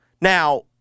Now